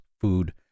food